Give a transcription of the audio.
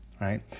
right